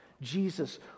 Jesus